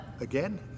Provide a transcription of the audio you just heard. Again